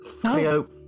Cleo